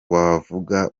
wavuga